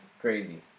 Crazy